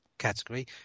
Category